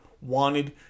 wanted